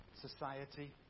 society